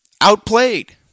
Outplayed